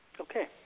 Okay